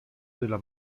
della